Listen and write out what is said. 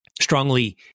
strongly